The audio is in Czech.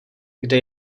kde